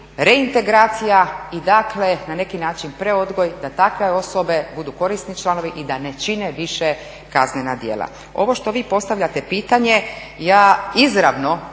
reintegracija i na neki način preodgoj da takve osobe budu korisni članovi i da ne čine više kaznena djela. Ovo što vi postavljate pitanje, ja izravno